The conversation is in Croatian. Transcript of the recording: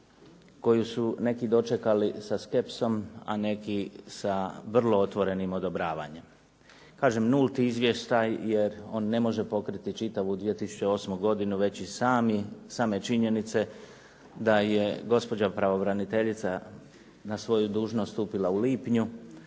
koju su neki dočekali sa skepsom, a neki sa vrlo otvorenim odobravanjem. Kažem nulti izvještaj, jer on ne može pokriti čitavu 2008. godinu već iz same činjenice da je gospođa pravobraniteljica na svoju dužnost stupila u lipnju,